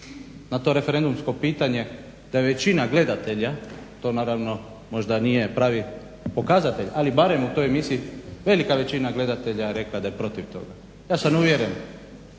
na to referendumsko pitanje da većina gledatelja to naravno možda nije pravi pokazatelj ali barem u toj emisiji velika većina gledatelja je rekla da je protiv toga. Ja sam uvjeren